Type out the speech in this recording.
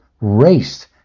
raced